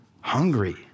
hungry